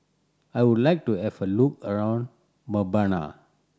I would like to have a look around Mbabana